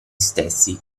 stessi